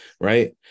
right